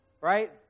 right